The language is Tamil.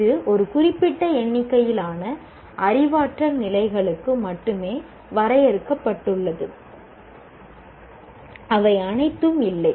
இது ஒரு குறிப்பிட்ட எண்ணிக்கையிலான அறிவாற்றல் நிலைகளுக்கு மட்டுமே வரையறுக்கப்பட்டுள்ளது அவை அனைத்தும் இல்லை